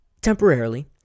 temporarily